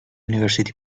university